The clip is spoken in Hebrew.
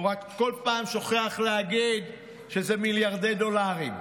הוא רק כל פעם שוכח להגיד שזה מיליארדי דולרים.